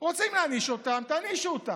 רוצים להעניש אותם, תענישו אותם.